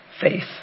faith